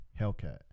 Hellcat